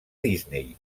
disney